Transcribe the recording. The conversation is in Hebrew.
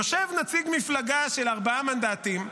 יושב נציג מפלגה של ארבעה מנדטים,